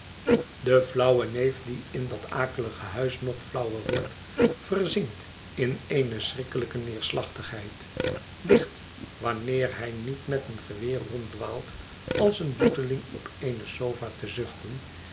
de flauwe neef die in dat akelige huis nog flauwer wordt verzinkt in eene schrikkelijke neerslachtigheid ligt wanneer hij niet met een geweer ronddwaalt als een boeteling op eene sofa te zuchten